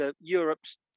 Europe's